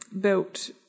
built